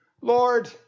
Lord